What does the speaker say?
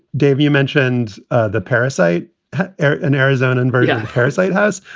dave, you mentioned the parasite in arizona and very yeah parasite has.